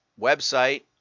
website